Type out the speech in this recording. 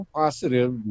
positive